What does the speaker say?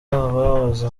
abahoze